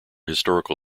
historical